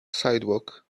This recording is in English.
sidewalk